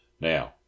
Now